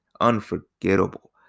Unforgettable